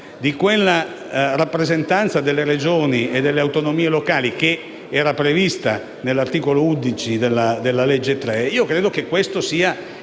di quella rappresentanza delle Regioni e delle autonomie locali che era prevista nell'articolo 11 della legge n. 3 del 2001. Credo che questo sia